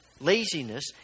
laziness